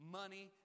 money